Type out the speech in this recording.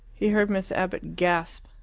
he heard miss abbott gasp.